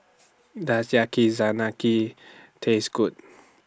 Does Yakizakana Key Taste Good